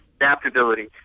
adaptability